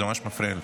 זה ממש מפריע לי.